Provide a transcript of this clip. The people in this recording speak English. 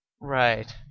Right